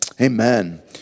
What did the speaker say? amen